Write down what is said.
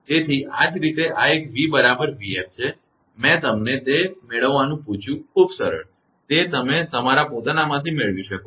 તેથી આ જ રીતે આ એક v બરાબર 𝑣𝑓 છે મેં તમને તે મેળવવાનું પૂછ્યું ખૂબ સરળ તે તમે તમારા પોતાનામાંથી મેળવી શકો છો